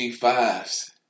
Fives